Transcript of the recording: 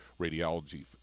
radiology